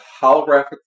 holographic